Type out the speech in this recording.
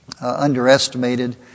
underestimated